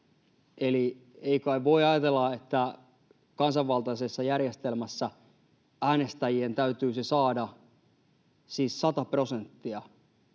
Eli ei kai voi ajatella, että kansanvaltaisessa järjestelmässä äänestäjien täytyisi saada siis valittua